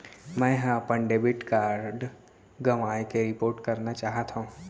मै हा अपन डेबिट कार्ड गवाएं के रिपोर्ट करना चाहत हव